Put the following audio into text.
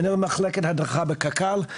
מנהל מחלקת הדרכה בקק"ל.